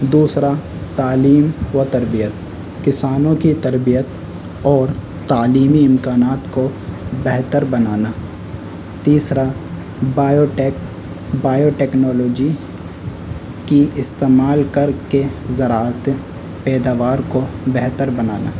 دوسرا تعلیم و تربیت کسانوں کی تربیت اور تعلیمی امکانات کو بہتر بنانا تیسرا بایوٹیک بایو ٹیکنالوجی کی استعمال کر کے زراعت پیداوار کو بہتر بنانا